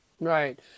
Right